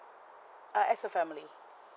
uh as a family